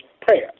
prayer